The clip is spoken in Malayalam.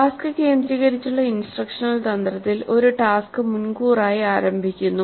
ടാസ്ക് കേന്ദ്രീകരിച്ചുള്ള ഇൻസ്ട്രക്ഷണൽ തന്ത്രത്തിൽ ഒരു ടാസ്ക് മുൻകൂറായി ആരംഭിക്കുന്നു